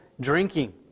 drinking